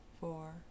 four